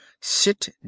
sit